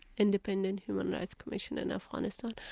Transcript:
independent human rights commission in afghanistan,